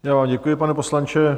Já vám děkuji, pane poslanče.